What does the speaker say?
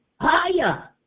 higher